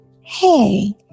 Hey